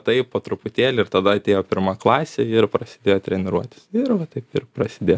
taip po truputėlį ir tada atėjo pirma klasė ir prasidėjo treniruotės ir va taip ir prasidėjo